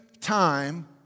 time